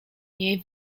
niej